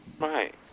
right